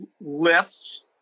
lifts